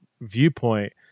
viewpoint